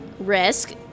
Risk